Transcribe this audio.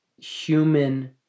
human